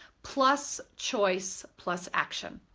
plus choice plus action.